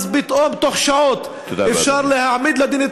פתאום בתוך שעות אפשר להעמיד לדין את